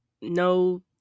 no